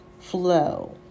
flow